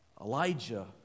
Elijah